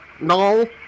No